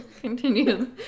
continue